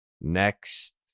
next